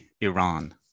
Iran